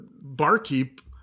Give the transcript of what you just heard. barkeep